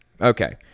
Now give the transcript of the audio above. Okay